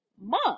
month